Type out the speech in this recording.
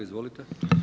Izvolite.